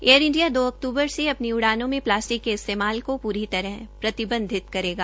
air India दो अक्तूबर से अपनी उड़ानों में प्लास्टिक के इस्तेमाल को पूरी तरह प्रतिबधित करेगा